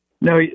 No